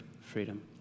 freedom